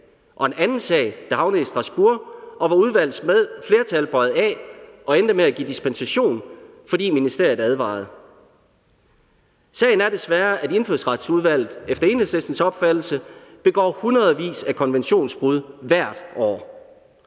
og en anden sag, der havnede i Strasbourg, hvor udvalgets flertal bøjede af og endte med at give dispensation, fordi ministeriet advarede. Sagen er desværre, at Indfødsretsudvalget efter Enhedslistens opfattelse begår hundredvis af konventionsbrud hvert år.